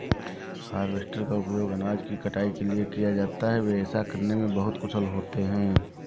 harvester का उपयोग अनाज की कटाई के लिए किया जाता है, वे ऐसा करने में बहुत कुशल होते हैं